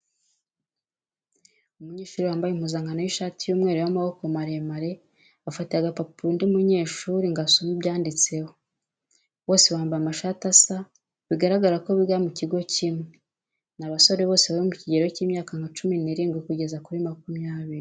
Umunyeshuri wambaye impuzankano y'ishati y'umweru y'amaboko maremare afatiye agapapuro undi munyeshuri ngo asome ibyanditseho. Bose bambaye amashati asa bigaragaza ko biga mu kigo kimwe. Ni abasore bose bari mu kigero cy'imyaka nka cumi n'irindwi kugeza kuri makumyabiri.